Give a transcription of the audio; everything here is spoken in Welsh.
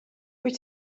wyt